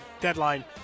deadline